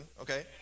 okay